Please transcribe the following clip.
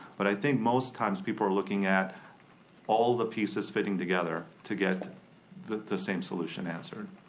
but i think most times people are looking at all the pieces fitting together to get the the same solution answered.